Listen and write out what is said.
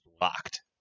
locked